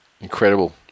Incredible